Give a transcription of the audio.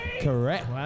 Correct